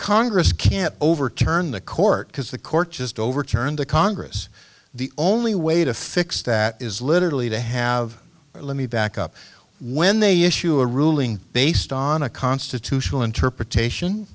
congress can't overturn the court because the court just overturned the congress the only way to fix that is literally to have let me back up when they issue a ruling based on a constitutional interpretation